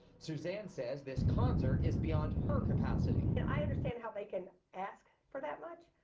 susan says this concert is beyond her capacity. i understand how they can ask for that much.